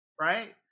right